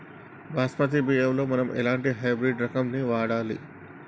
బాస్మతి బియ్యంలో మనం ఎలాంటి హైబ్రిడ్ రకం ని వాడాలి?